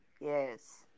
Yes